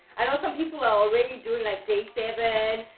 i know some people are already doing like day seven,